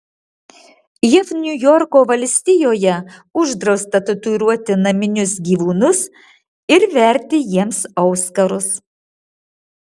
jav niujorko valstijoje uždrausta tatuiruoti naminius gyvūnus ir verti jiems auskarus